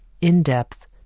in-depth